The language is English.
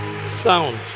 sound